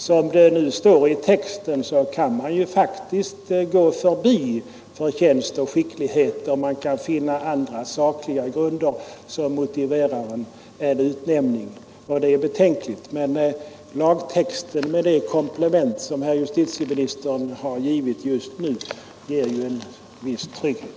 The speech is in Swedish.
Som lagtexten är utformad kan man ju faktiskt gå förbi förtjänst och skicklighet och finna andra sakliga grunder, som motiverar en utnämning, och det är betänkligt. Lagtexten med det komplement som justitieministern just nu gjort ger dock en viss trygghet.